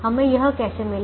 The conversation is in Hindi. हमें यह कैसे मिले